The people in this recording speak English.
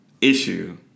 issue